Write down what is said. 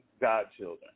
godchildren